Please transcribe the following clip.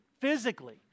physically